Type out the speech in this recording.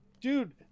dude